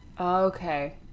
Okay